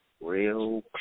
real